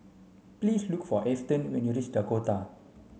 please look for Easton when you reach Dakota